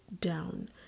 down